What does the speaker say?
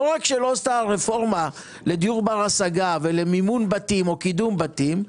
לא רק שלא עשתה רפורמה לדיור בר השגה ולמימון בתים או קידום בתים,